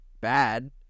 bad